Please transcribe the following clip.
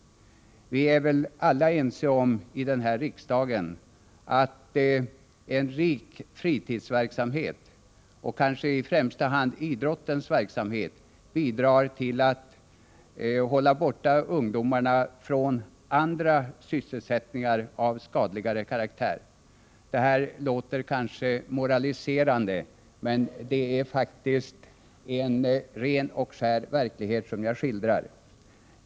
Vi är väl här i riksdagen alla ense om att en rik fritidsverksamhet, och kanske främst idrottens verksamhet, bidrar till att hålla ungdomarna borta från andra sysselsättningar av skadligare karaktär. Detta låter kanske moraliserande, men det är faktiskt en ren och skär verklighet som jag skildrar.